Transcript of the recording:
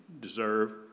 deserve